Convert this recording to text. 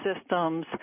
systems